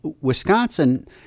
Wisconsin